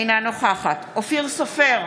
אינה נוכחת אופיר סופר,